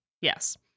Yes